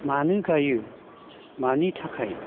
मानो गायो मानि थाखाय